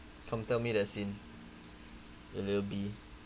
come tell me the scene you little B